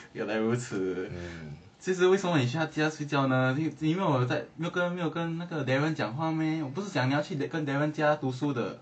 原来如此其实为什么你去他家睡觉呢因为没有跟那个那个 darren 讲话 meh 你不是讲要去跟 darren 家读书的